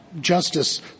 Justice